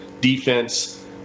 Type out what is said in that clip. defense